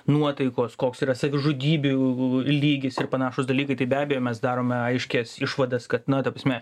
nuotaikos koks yra savižudybių lygis ir panašūs dalykai tai be abejo mes darome aiškias išvadas kad na ta prasme